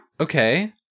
Okay